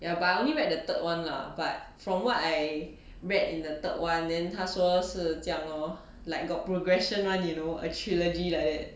ya but only read the third one lah but from what I read in the third one then 他说是这样 lor like got progression one you know a trilogy like that